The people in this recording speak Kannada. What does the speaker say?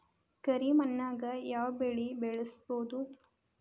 ಕರಿ ಮಣ್ಣಾಗ್ ಯಾವ್ ಬೆಳಿ ಬೆಳ್ಸಬೋದು?